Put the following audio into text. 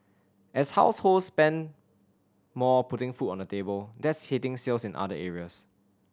as households spend more putting food on the table that's hitting sales in other areas